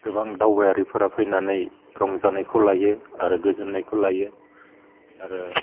गोबां दावबायारिफोरा फैनानै रंजानायखौ लायो आरो गोजोन्नायखौ लायो आरो